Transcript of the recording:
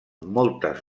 moltes